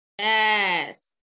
Yes